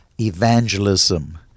evangelism